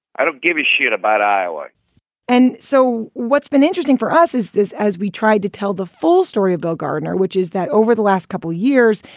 i don't give a shit about iowa and so what's been interesting for us is this, as we tried to tell the full story of bill gardner, which is that over the last couple of years,